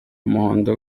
umuhondo